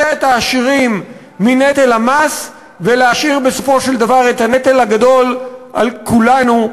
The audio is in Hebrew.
את העשירים מנטל המס ולהשאיר בסופו של דבר את הנטל הגדול על כולנו,